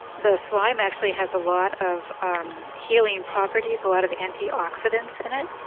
the slime actually has a lot of um healing properties, a lot of antioxidants in it.